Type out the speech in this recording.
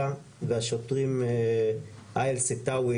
וגם איזה מסר אנחנו מעבירים